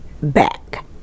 back